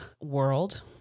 world